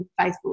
Facebook